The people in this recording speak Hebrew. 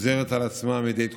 חוזרת על עצמה מדי תקופה.